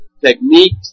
techniques